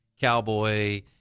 cowboy